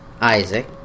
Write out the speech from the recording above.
Isaac